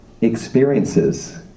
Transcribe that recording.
experiences